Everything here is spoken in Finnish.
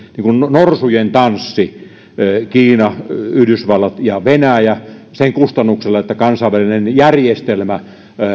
norsujen tanssi kiina yhdysvallat ja venäjä sen kustannuksella että kansainvälinen järjestelmä